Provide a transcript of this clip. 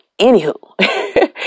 Anywho